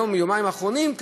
היום-יומיים האחרונים,